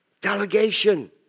Delegation